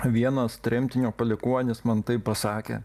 vienas tremtinio palikuonis man taip pasakė